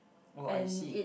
oh I see